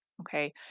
Okay